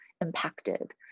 impacted